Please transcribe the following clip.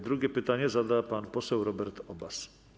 Drugie pytanie zada pan poseł Robert Obaz.